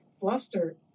flustered